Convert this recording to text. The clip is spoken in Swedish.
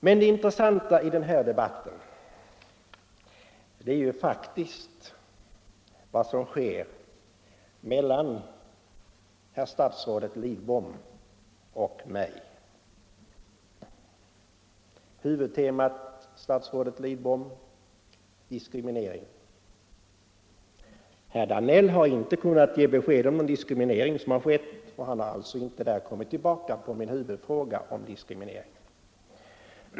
Men det intressanta i den här debatten är ju faktiskt vad som sker mellan statsrådet Lidbom och mig. Huvudtemat, statsrådet Lidbom, är frågan om diskrimineringen. Herr Danell har inte kunnat ge något besked om att det förekommit diskriminering, och han har därför inte kommit tillbaka till denna min huvudfråga.